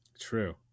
True